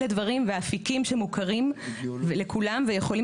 אלה דברים ואפיקים שמוכרים לכולם ויכולים